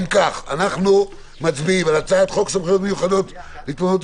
כעת אנחנו מצביעים על הצעת חוק סמכויות מיוחדות להתמודדות